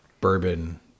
bourbon